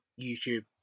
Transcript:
YouTube